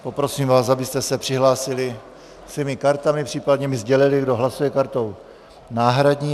Poprosím vás, abyste se přihlásili svými kartami, případně mi sdělili, kdo hlasuje kartou náhradní.